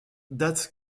date